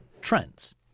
trends